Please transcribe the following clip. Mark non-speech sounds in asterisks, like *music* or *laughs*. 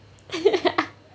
*laughs*